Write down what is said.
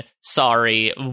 sorry